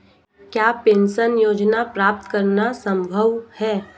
क्या पेंशन योजना प्राप्त करना संभव है?